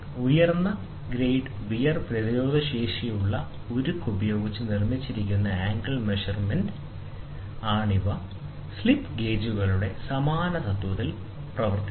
ഉയർന്ന grade wear പ്രതിരോധശേഷിയുള്ള ഉരുക്ക് ഉപയോഗിച്ച് നിർമ്മിച്ച ആംഗിൾ മെഷർമെന്റ് സ്ലിപ്പ് ഗേജുകളുടെ സമാന തത്വത്തിൽ പ്രവർത്തിക്കുന്നു